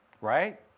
Right